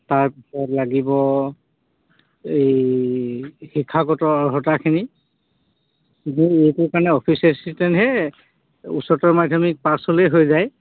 তাৰপিছত লাগিব এই শিক্ষাগত অৰ্হতাখিনি এইটোৰ কাৰণে অফিচ এচিষ্টেণ্টহে উচ্চতৰ মাধ্যমিক পাছ হ'লেই হৈ যায়